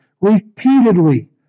repeatedly